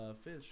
Fish